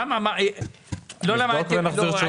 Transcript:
לגבי מוסדות ציבור,